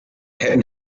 hätten